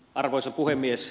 arvoisa puhemies